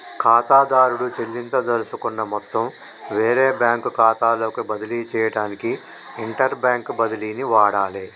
ఖాతాదారుడు చెల్లించదలుచుకున్న మొత్తం వేరే బ్యాంకు ఖాతాలోకి బదిలీ చేయడానికి ఇంటర్బ్యాంక్ బదిలీని వాడాలే